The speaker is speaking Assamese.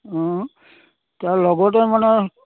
অঁ তাৰ লগতে মানে